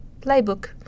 playbook